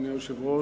אדוני היושב-ראש,